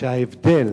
שההבדל